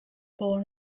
born